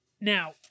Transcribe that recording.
now